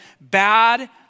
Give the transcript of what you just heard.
Bad